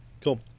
Cool